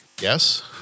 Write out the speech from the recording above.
Yes